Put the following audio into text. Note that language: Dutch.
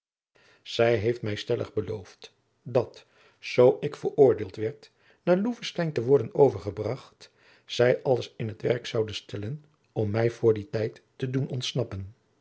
zij heeft mij stellig beloofd dat zoo ik veroordeeld werd naar loevestein te worden overgebracht zij alles in het werk zoude stellen om mij voor dien tijd te doen ontsnappen